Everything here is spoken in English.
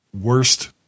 Worst